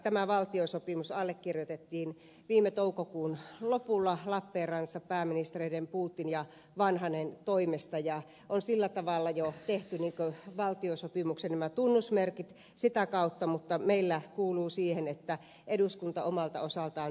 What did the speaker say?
tämä valtiosopimus allekirjoitettiin viime toukokuun lopulla lappeenrannassa pääministereiden putin ja vanhanen toimesta ja se sillä tavalla jo täyttää valtiosopimuksen tunnusmerkit mutta meillä eduskunta omalta osaltaan tämän myös käsittelee